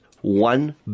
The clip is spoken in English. One